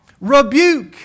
Rebuke